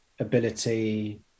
ability